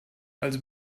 also